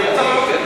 אין מחלוקת.